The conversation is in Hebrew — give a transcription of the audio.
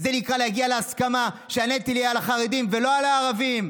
זה נקרא להגיע להסכמה שהנטל יהיה על החרדים ולא על הערבים.